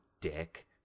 dick